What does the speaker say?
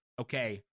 okay